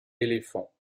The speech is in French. éléphants